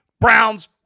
Browns